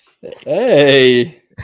hey